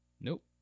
Nope